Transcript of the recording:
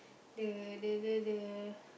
the the the